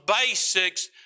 basics